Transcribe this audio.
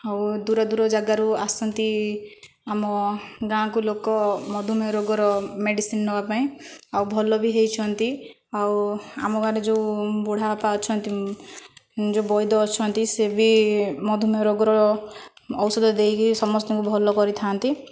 ଆଉ ଦୂର ଦୂର ଜାଗାରୁ ଆସନ୍ତି ଆମ ଗାଁକୁ ଲୋକ ମଧୁମେହ ରୋଗର ମେଡିସିନ୍ ନେବା ପାଇଁ ଆଉ ଭଲ ବି ହୋଇଛନ୍ତି ଆଉ ଆମ ଗାଁରେ ଯେଉଁ ବୁଢ଼ା ବାପା ଅଛନ୍ତି ଯେଉଁ ବୈଦ୍ୟ ଅଛନ୍ତି ସେ ବି ମଧୁମେହ ରୋଗର ଔଷଧ ଦେଇକି ସମସ୍ତଙ୍କୁ ଭଲ କରିଥାନ୍ତି